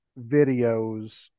videos